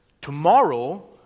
Tomorrow